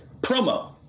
promo